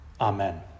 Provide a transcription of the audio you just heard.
Amen